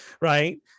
Right